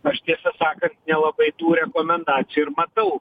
aš tiesą sakant nelabai tų rekomendacijų ir matau